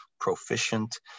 proficient